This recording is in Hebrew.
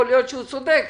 יכול להיות שהוא צודק.